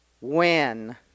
When